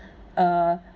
uh